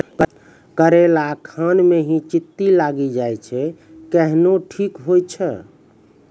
करेला खान ही मे चित्ती लागी जाए छै केहनो ठीक हो छ?